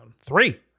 Three